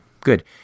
Good